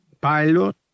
Pilot